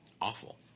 awful